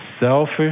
selfish